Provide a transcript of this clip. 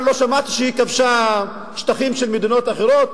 לא שמעתי שהיא כבשה שטחים של מדינות אחרות?